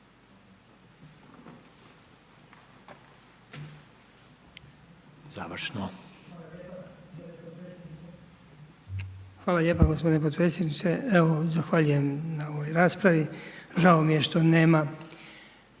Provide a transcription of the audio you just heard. (HDZ)** Hvala lijepa gospodine potpredsjedniče. Evo, zahvaljujem na ovoj raspravi. Žao mi je što nema